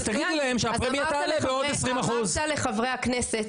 אז תגידי להם שהפרמיה תעלה בעוד 20%. אז אמרת לחברי הכנסת,